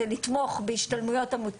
בדוח מופיע שיש לנו מספרים מאוד קטנים